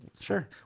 sure